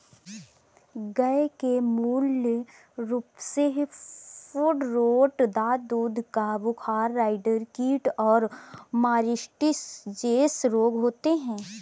गय के मूल रूपसे फूटरोट, दाद, दूध का बुखार, राईडर कीट और मास्टिटिस जेसे रोग होते हें